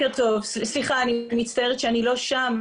אני מצטערת שאני לא שם.